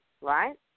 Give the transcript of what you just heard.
right